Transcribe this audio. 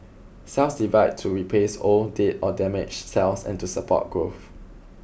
cells divide to replace old dead or damaged cells and to support growth